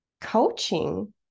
coaching